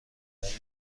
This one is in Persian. دهیم